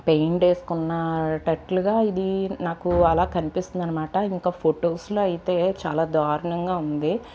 paint వేసుకున్నాటట్లుగా ఇదీ నాకు అలా కనిపిస్తుందనమాట ఇంకా ఫొటోస్లో అయితే చాలా దారుణంగా ఉంది